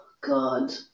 god